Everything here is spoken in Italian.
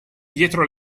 dietro